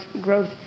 growth